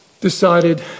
decided